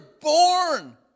born